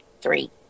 three